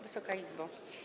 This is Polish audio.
Wysoka Izbo!